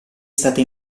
stata